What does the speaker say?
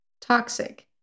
Toxic